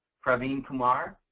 praveen kumar,